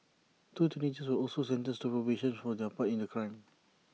two teenagers were also sentenced to probation for their part in the crime